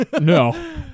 No